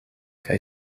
kaj